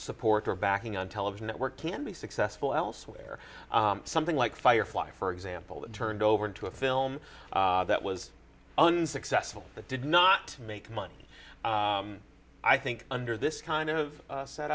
support or backing on television network can be successful elsewhere something like firefly for example that turned over to a film that was unsuccessful that did not make money i think under this kind of set